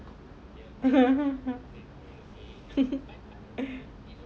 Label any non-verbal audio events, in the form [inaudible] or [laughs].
[laughs]